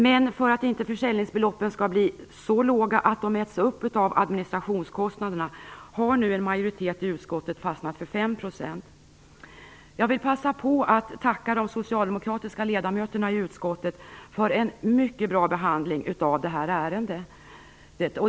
Men för att inte försäljningsbeloppen skall bli så låga att de äts upp av administrationskostnaderna har nu en majoritet i utskottet fastnat för 5 %. Jag vill passa på att tacka de socialdemokratiska ledamöterna i utskottet för en mycket bra behandling av det här ärendet.